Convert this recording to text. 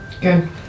Good